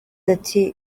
ati